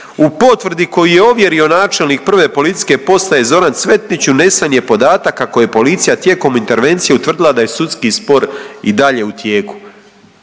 u potvrdu koju je ovjerio načelnik 1. PP Zoran Cvetnić unesen je podatak kako je policija tijekom intervencije utvrdila da je sudski spor i dalje u tijeku.